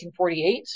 1948